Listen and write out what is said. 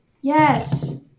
yes